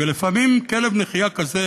ולפעמים כלב נחייה כזה